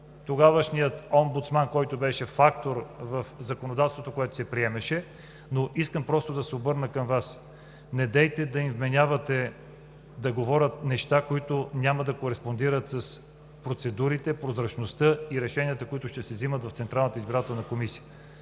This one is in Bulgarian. БСП, на омбудсмана, който беше фактор в законодателството, което се приемаше. Но искам просто да се обърна към Вас: недейте да им вменявате да говорят неща, които няма да кореспондират с процедурите, прозрачността и решенията, които ще се взимат в Централната избирателна комисия.